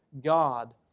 God